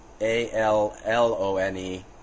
A-L-L-O-N-E